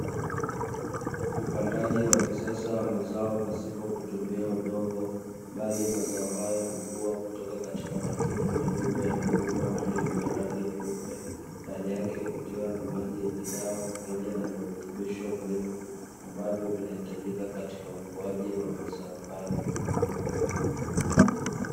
Upandaji wa mazao ya kisasa pasipo kutumia udongo bali mazao haya hukua kutoka katika matundu madogo ya mabomba marefu ya rangi nyeupe, ndani yake kukiwa na maji yenye dawa pamoja na virutubisho muhimu ambavyo vinahitajika katika ukuaji wa mazao hayo.